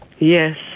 Yes